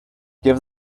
give